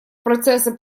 процесса